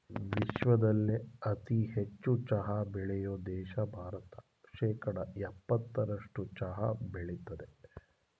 ವಿಶ್ವದಲ್ಲೇ ಅತಿ ಹೆಚ್ಚು ಚಹಾ ಬೆಳೆಯೋ ದೇಶ ಭಾರತ ಶೇಕಡಾ ಯಪ್ಪತ್ತರಸ್ಟು ಚಹಾ ಬೆಳಿತದೆ